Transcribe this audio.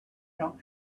dont